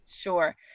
Sure